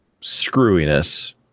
screwiness